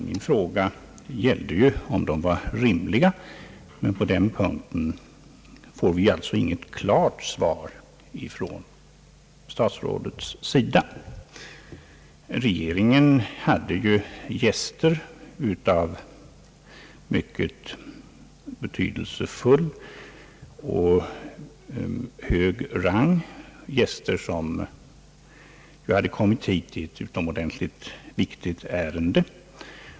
Min fråga gällde om åtgärderna var rimliga, men vi får alltså på den punkten inget klart svar från statsrådets sida. Regeringen hade gäster av mycket betydelsefull och hög rang, gäster som kommit hit i ett utomordentligt viktigt ärende.